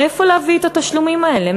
מאיפה להביא את התשלומים האלה.